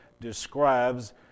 describes